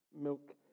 milk